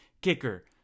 kicker